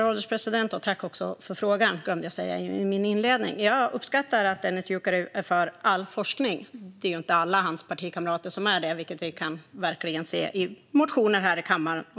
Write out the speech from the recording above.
Herr ålderspresident! Jag uppskattar att Dennis Dioukarev är för all forskning. Det är ju inte alla hans partikamrater, vilket vi kan se i bland annat motioner här i kammaren.